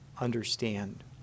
understand